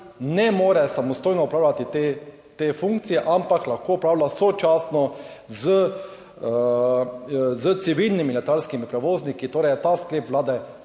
ne more samostojno opravljati te funkcije, ampak jo lahko opravlja sočasno s civilnimi letalskimi prevozniki, torej je ta sklep Vlade